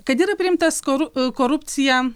kad yra priimtas koru korupcija